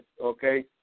okay